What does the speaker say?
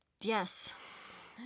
yes